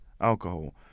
alcohol